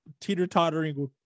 teeter-tottering